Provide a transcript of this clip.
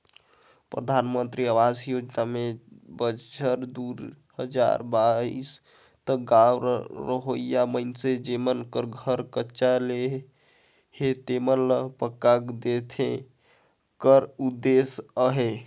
परधानमंतरी अवास योजना में बछर दुई हजार बाइस तक गाँव रहोइया मइनसे जेमन कर घर कच्चा हे तेमन ल पक्का घर देहे कर उदेस अहे